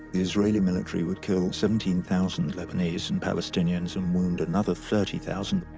israeli military would kill seventeen thousand lebanese and palestinians, and wound another thirty thousand,